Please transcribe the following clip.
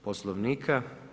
Poslovnika.